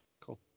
cool